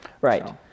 Right